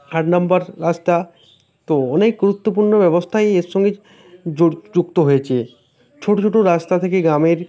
হাড number রাস্তা তো অনেক গুরুত্বপূর্ণ ব্যবস্থাই এর সঙ্গে যুক্ত হয়েছে ছোট ছোট রাস্তা থেকে গ্রামের